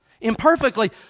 imperfectly